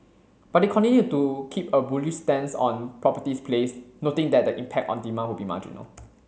but they continued to keep a bullish stance on properties plays noting that the impact on demand would be marginal